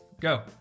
Go